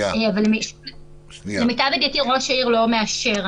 אבל למיטב ידיעתי ראש העיר לא מאשר,